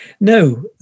No